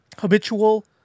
habitual